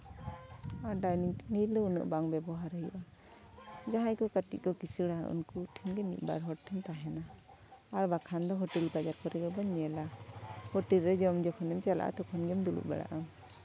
ᱟᱨ dining table ᱫᱚ ᱩᱱᱟᱹᱜ ᱵᱟᱝ ᱵᱮᱵᱚᱦᱟᱨ ᱦᱩᱭᱩᱜᱼᱟ ᱡᱟᱦᱟᱸᱭ ᱠᱚ ᱠᱟᱹᱴᱤᱡ ᱠᱚ ᱠᱤᱥᱟᱹᱲᱟ ᱩᱱᱠᱩ ᱴᱷᱮᱱ ᱜᱮ ᱢᱤᱫᱵᱟᱨ ᱦᱚᱲ ᱴᱷᱮᱱ ᱛᱟᱦᱮᱱᱟ ᱟᱨ ᱵᱟᱠᱷᱟᱱ ᱫᱚ ᱦᱳᱴᱮᱞ ᱵᱟᱡᱟᱨ ᱠᱚᱨᱮ ᱜᱮᱵᱚᱱ ᱧᱮᱞᱟ ᱦᱳᱴᱮᱞ ᱨᱮ ᱡᱚᱢ ᱡᱚᱠᱷᱚᱱ ᱵᱚᱱ ᱪᱟᱞᱟᱜᱼᱟ ᱛᱚᱠᱷᱚᱱ ᱵᱚᱱ ᱫᱩᱲᱩᱵ ᱵᱟᱲᱟᱜᱼᱟ